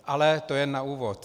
Ale to je jen na úvod.